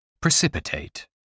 precipitate